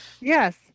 Yes